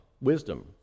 wisdom